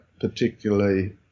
particularly